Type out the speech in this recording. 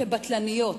כבטלניות,